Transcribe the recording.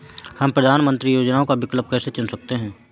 हम प्रधानमंत्री योजनाओं का विकल्प कैसे चुन सकते हैं?